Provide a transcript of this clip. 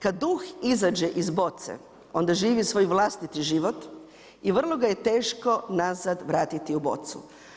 Kad duh izađe iz boce, onda živi svoj vlastiti život i vrlo ga je teško nazad vratiti u bocu.